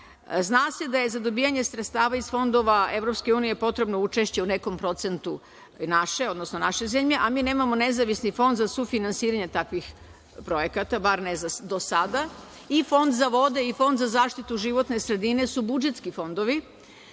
se da je za dobijanje sredstava iz fondova EU potrebno učešće u nekom procentu naše, odnosno naše zemlje, a mi nemamo nezavisni fond za sufinansiranje takvih projekata, bar ne do sada, i Fonda za vode i Fond za zaštitu životne sredine su budžetski fondovi